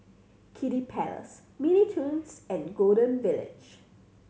Kiddy Palace Mini Toons and Golden Village